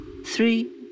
Three